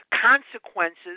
consequences